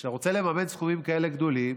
כשאתה רוצה לממן סכומים כאלה גדולים,